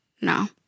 no